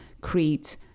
Crete